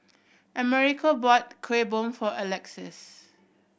Amerigo bought Kuih Bom for Alexys